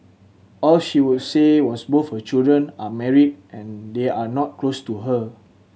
all she would say was both her children are married and they are not close to her